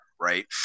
right